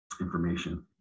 information